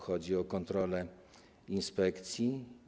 Chodzi tu o kontrolę inspekcji.